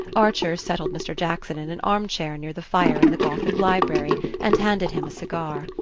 archer settled mr. jackson in an armchair near the fire in the gothic library and handed him a cigar.